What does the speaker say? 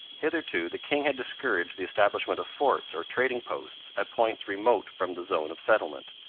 hitherto the king had discouraged the establishment of forts or trading-posts at points remote from the zone of settlement.